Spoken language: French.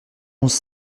onze